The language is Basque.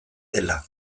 dela